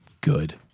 Good